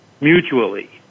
mutually